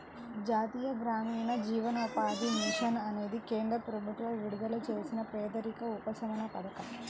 జాతీయ గ్రామీణ జీవనోపాధి మిషన్ అనేది కేంద్ర ప్రభుత్వం విడుదల చేసిన పేదరిక ఉపశమన పథకం